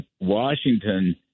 Washington